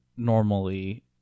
normally